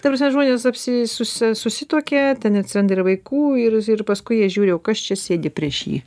ta prasme žmonės apsi susi susituokė ten atsiranda ir vaikų ir ir paskui jie žiūri o kas čia sėdi prieš jį